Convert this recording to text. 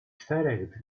czterech